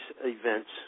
events